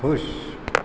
खुश